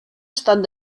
estat